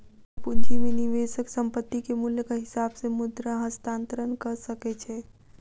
bond पूंजी में निवेशक संपत्ति के मूल्यक हिसाब से मुद्रा हस्तांतरण कअ सकै छै